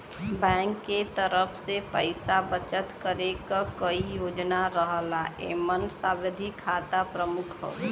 bank के तरफ से पइसा बचत करे क कई योजना रहला एमन सावधि खाता प्रमुख हउवे